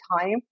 time